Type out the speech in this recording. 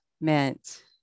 meant